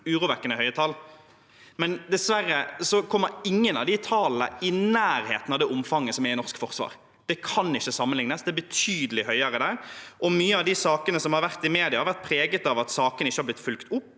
urovekkende høye tall, dessverre. Likevel kommer ingen av de tallene i nærheten av det omfanget som er i det norske forsvaret. Det kan ikke sammenlignes. Det er betydelig høyere der. Mange av de sakene som har vært i media, har vært preget av at sakene ikke har blitt fulgt opp,